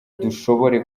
dushobore